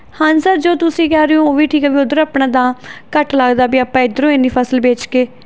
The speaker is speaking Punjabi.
ਹਾਂਜੀ ਸਰ ਜੋ ਤੁਸੀਂ ਕਹਿ ਰਹੇ ਹੋ ਉਹ ਵੀ ਠੀਕ ਹੈ ਵੀ ਉੱਧਰ ਆਪਣਾ ਦਾਮ ਘੱਟ ਲੱਗਦਾ ਵੀ ਆਪਾਂ ਇੱਧਰੋਂ ਇੰਨੀ ਫਸਲ ਵੇਚ ਕੇ